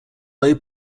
low